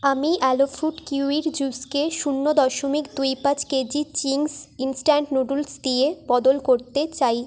আমি aloe fruit kiwi জুসকে শূন্য দশমিক দুই পাঁচ কেজি চিংস ইনস্ট্যান্ট নুডলস দিয়ে বদল করতে চাই